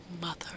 mother